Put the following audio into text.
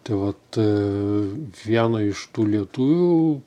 tai vat viena iš tų lietuvių